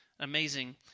Amazing